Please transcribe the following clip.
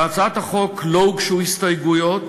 להצעת החוק לא הוגשו הסתייגויות.